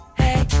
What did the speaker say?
hey